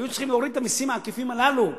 היו צריכים להוריד את המסים העקיפים הללו,